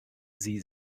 sie